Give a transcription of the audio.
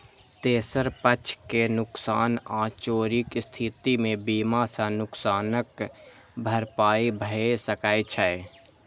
तेसर पक्ष के नुकसान आ चोरीक स्थिति मे बीमा सं नुकसानक भरपाई भए सकै छै